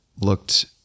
looked